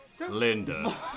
Linda